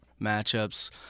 matchups